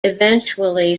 eventually